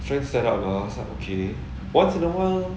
should I set up now I was like okay once in a while